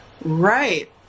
Right